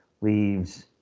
leaves